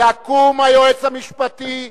יקום היועץ המשפטי,